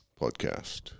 podcast